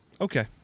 Okay